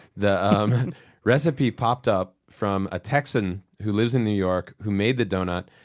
the um recipe popped up from a texan who lives in new york who made the doughnut.